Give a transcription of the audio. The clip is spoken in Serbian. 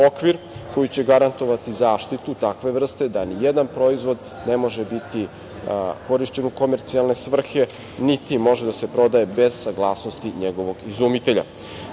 koji će garantovati zaštitu takve vrste da nijedan proizvod ne može biti korišćen u komercijalne svrhe, niti može da se prodaje bez saglasnosti njegovog izumitelja.